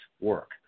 work